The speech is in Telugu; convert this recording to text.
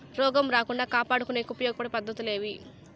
రోగం రాకుండా కాపాడుకునేకి ఉపయోగపడే పద్ధతులు ఏవి?